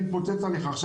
אני אתפוצץ עליך עכשיו.